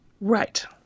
Right